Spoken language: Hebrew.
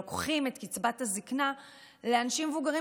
לוקחים את קצבת הזקנה לאנשים מבוגרים